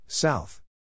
South